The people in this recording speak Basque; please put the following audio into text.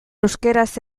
euskaraz